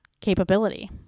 capability